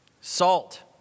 Salt